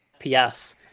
FPS